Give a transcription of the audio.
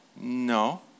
No